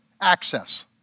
Access